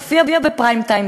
מופיע בפריים-טיים,